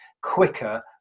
quicker